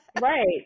Right